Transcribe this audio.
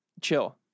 Chill